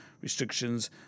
Restrictions